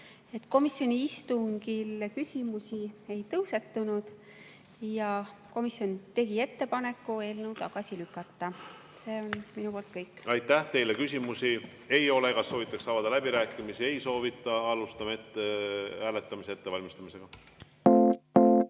Komisjoni istungil küsimusi ei tõusetunud ja komisjon tegi ettepaneku eelnõu tagasi lükata. See on minu poolt kõik. Aitäh teile! Teile küsimusi ei ole. Kas soovitakse avada läbirääkimisi? Ei soovita. Alustame hääletamise ettevalmistamist. Panen